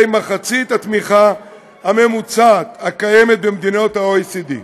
מחצית התמיכה הממוצעת במדינות ה-OECD.